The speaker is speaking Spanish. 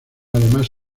además